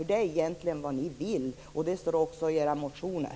Det är egentligen vad ni vill, och det står också i era motioner.